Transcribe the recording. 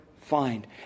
find